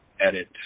edit